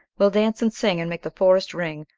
we'll dance and sing, and make the forest ring,